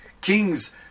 kings